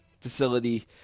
facility